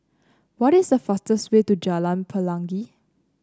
what is the fastest way to Jalan Pelangi